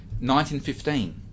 1915